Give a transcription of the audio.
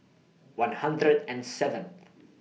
one hundred and seventh